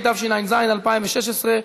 התשע"ז 2016,